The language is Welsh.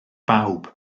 bawb